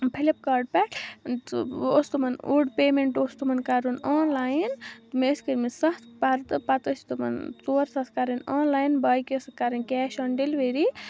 flip کاٹ پیٹھ سُہ اوس تِمَن اوٚڈ پیمنٹ اوس تِمَن کَرُن آنلاین مےٚ ٲسۍ کٔرمٕتۍ ستھ پَردٕ پَتہٕ ٲسۍ تِمَن ژور ساس کَرٕنۍ آنلاین باقٕے ٲسِکھ کَرٕنۍ کیش آن ڈلؤری